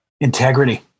Integrity